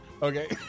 Okay